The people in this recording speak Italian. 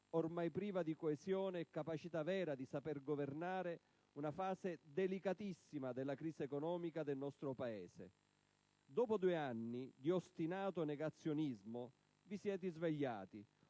ormai priva di coesione e reale capacità di governare una fase delicatissima della crisi economica del nostro Paese. Dopo due anni di ostinato negazionismo, vi siete svegliati,